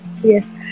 yes